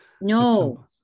No